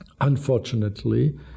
unfortunately